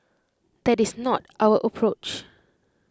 that is not our approach